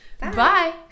Bye